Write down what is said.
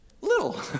little